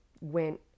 went